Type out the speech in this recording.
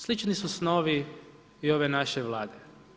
Slični su snovi i ove naše Vlade.